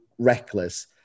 reckless